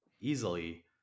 easily